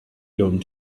going